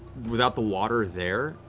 without the water there,